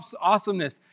awesomeness